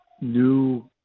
new